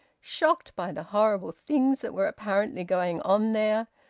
shocked by the horrible things that were apparently going on there,